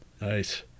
Nice